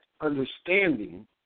understanding